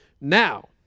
Now